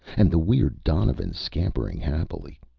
and the weird donovans scampering happily.